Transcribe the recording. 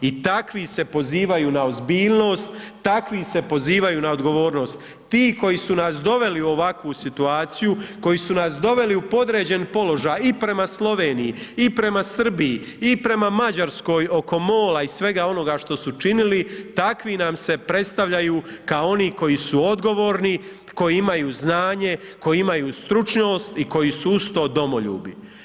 I takvi se pozivaju na ozbiljnost, takvi se pozivaju na odgovornost, ti koji su nas doveli u ovakvu situaciju, koji su nas doveli u podređen položaj i prema Sloveniji i prema Srbiji i prema Mađarskoj oko MOL-a i svega onoga što su činili, takvi nam se predstavljaju kao oni koji su odgovorni, koji imaju znanje, koji imaju stručnost i koji su uz to domoljubi.